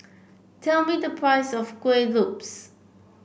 tell me the price of Kueh Lopes